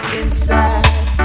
inside